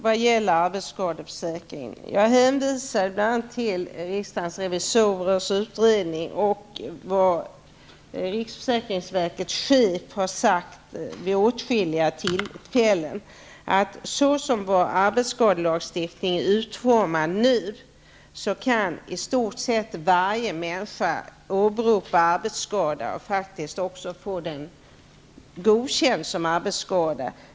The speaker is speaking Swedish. Vad gäller arbetsskadeförsäkringen har jag bl.a. hänvisat till den utredning som riksdagens revisorer har gjort och till vad riksförsäkringsverkets chef vid åtskilliga tillfällen har sagt, nämligen: Såsom vår arbetsskadelagstiftning är utformad nu kan i stort sett varje människa åberopa arbetsskada och faktiskt också få den godkänd som arbetsskada.